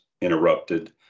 interrupted